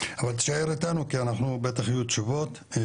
אבל תישאר איתנו כי בטח יהיו תשובות,